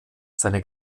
seine